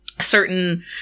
Certain